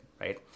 right